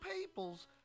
peoples